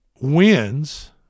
wins